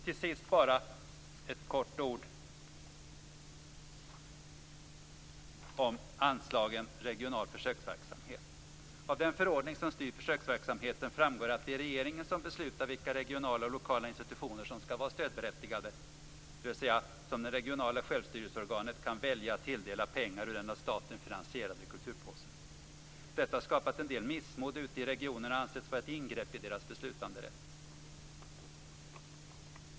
Till sist bara ett kort ord om anslagen till regional försöksverksamhet. Av den förordning som styr försöksverksamheten framgår att det är regeringen som beslutar vilka regionala och lokala institutioner som skall vara stödberättigade, dvs. som det regionala självstyrelseorganet kan välja att tilldela pengar ur den av staten finansierade kulturpåsen. Detta har skapat en del missmod ute i regionerna och ansetts vara ett ingrepp i deras beslutanderätt.